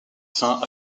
fin